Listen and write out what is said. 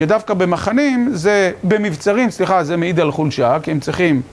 כי דווקא במחנים זה, במבצרים, סליחה זה מעיד על חולשה, כי הם צריכים